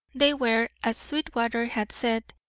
they were, as sweetwater had said,